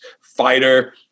fighter